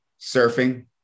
Surfing